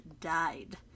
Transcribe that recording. died